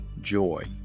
joy